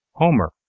homer,